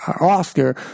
Oscar